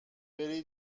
بری